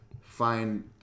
find